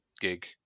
gig